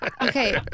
Okay